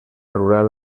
rural